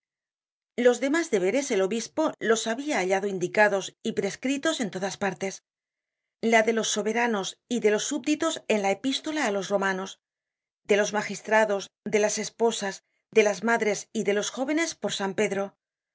los demás deberes el obispo los habia hallado indicados y prescritos en otras partes los de los soberanos y de los subditos en la epístola á los romanos de los magistrados de las esposas de las madres y de los jóvenes por san pedro